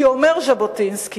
כי אומר ז'בוטינסקי: